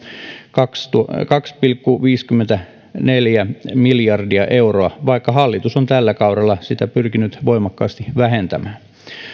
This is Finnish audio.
kaksi kaksi pilkku viisikymmentäneljä miljardia euroa vaikka hallitus on tällä kaudella sitä pyrkinyt voimakkaasti vähentämään